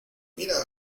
mira